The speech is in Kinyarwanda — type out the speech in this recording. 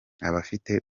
abafite